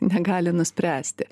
negali nuspręsti